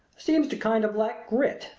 seems to kind of lack grit,